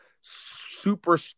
super